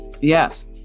Yes